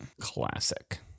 Classic